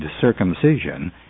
circumcision